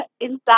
inside